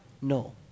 No